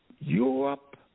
Europe